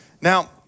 Now